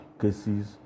cases